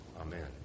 Amen